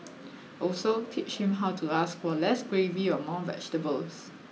also teach him how to ask for less gravy or more vegetables